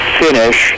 finish